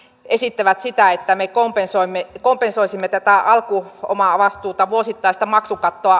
esittävät sitä että me kompensoisimme tätä alkuomavastuuta vuosittaista maksukattoa